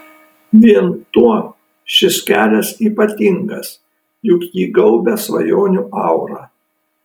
vien tuo šis kelias ypatingas juk jį gaubia svajonių aura